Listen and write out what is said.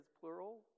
plural